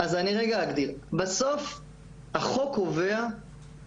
אגב, אנחנו קיבלנו כאן